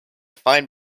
fine